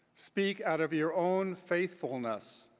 speak out of your own faithfulness,